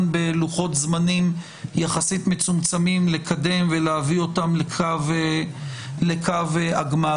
בלוחות זמנים יחסית מצומצמים לקדם ולהביא אותם לקו הגמר.